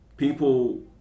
People